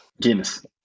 Guinness